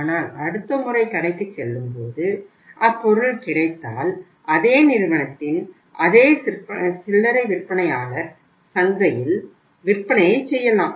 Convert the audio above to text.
ஆனால் அடுத்த முறை கடைக்குச் செல்லும்போது அப்பொருள் கிடைத்தால் அதே நிறுவனத்தின் அதே சில்லறை விற்பனையாளர் சந்தையில் விற்பனையைச் செய்யலாம்